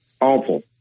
awful